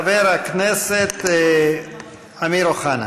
חבר הכנסת אמיר אוחנה.